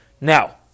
Now